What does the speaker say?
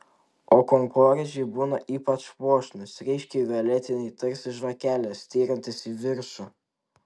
o kankorėžiai būna ypač puošnūs ryškiai violetiniai tarsi žvakelės styrantys į viršų